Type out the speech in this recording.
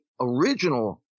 original